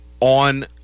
on